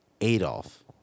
Adolf